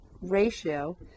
ratio